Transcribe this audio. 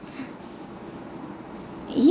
yeah